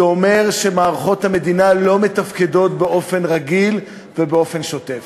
זה אומר שמערכות המדינה לא מתפקדות באופן רגיל ובאופן שוטף.